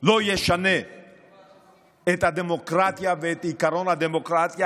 לא ישנה את הדמוקרטיה ואת עקרון הדמוקרטיה,